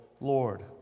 Lord